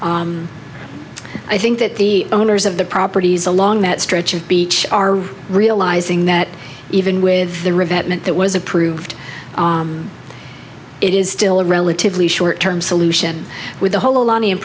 one i think that the owners of the properties along that stretch of beach are realizing that even with the revet mint that was approved it is still a relatively short term solution with a whole lot in